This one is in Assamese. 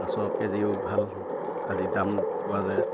মাছৰ কেজিও ভাল আজি দাম পোৱা যায়